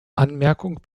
anmerkung